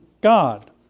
God